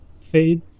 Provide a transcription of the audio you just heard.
fade